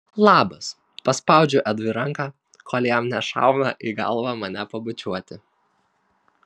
labas paspaudžiu edui ranką kol jam nešauna į galvą mane pabučiuoti